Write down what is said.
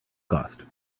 cost